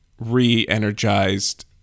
re-energized